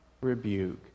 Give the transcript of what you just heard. rebuke